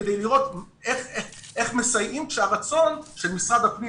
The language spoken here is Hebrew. כדי לראות איך מסייעים כשהרצון של משרד הפנים